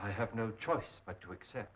i have no choice but to accept